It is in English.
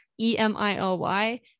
E-M-I-L-Y